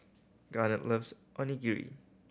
Garnet loves Onigiri